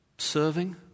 Serving